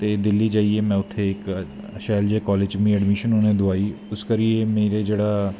ते दिल्ली जाईयै उत्थें में इक शैल जेहै कालेज़ च अडमिशन मीं दोआई इस करियै मेरा जेह्ड़ा